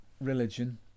religion